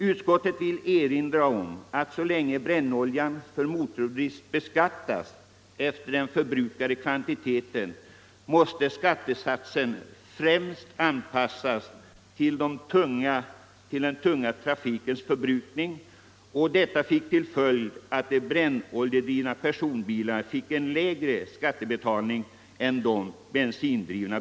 Utskottet erinrar om att så länge brännoljan för motordrift beskattades efter den förbrukade kvantiteten måste skattesatsen främst anpassas till den tunga trafikens förbrukning, och detta har fått till följd att de brännoljedrivna personbilarna erhållit en lägre skattebelastning än de bensindrivna.